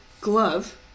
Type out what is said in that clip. glove